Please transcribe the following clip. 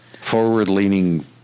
forward-leaning